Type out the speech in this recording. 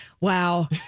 Wow